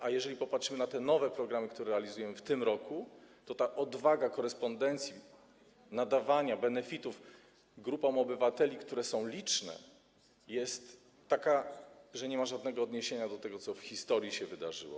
A jeżeli popatrzymy na te nowe programy, które realizujemy w tym roku, to zobaczymy, że ta odwaga korespondencji, nadawania benefitów grupom obywateli, które są liczne, jest taka, że nie ma żadnego odniesienia do tego, co w historii się wydarzyło.